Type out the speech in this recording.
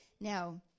Now